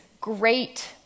great